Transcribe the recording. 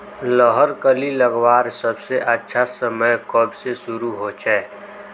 लहर कली लगवार सबसे अच्छा समय कब से शुरू होचए?